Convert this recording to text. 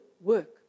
work